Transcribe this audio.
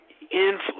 influence